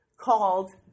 called